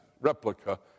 replica